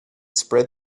spread